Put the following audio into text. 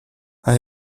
hij